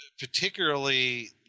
particularly